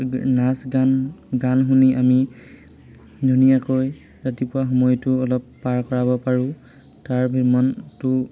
নাচ গান গান শুনি আমি ধুনীয়াকৈ ৰাতিপুৱা সময়টো অলপ পাৰ কৰাব পাৰোঁ তাৰ ভ মনটো